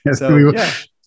Yes